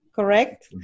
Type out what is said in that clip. Correct